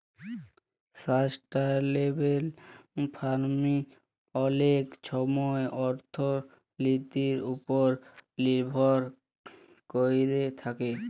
sustainable farming অলেক ছময় অথ্থলিতির উপর লির্ভর ক্যইরে থ্যাকে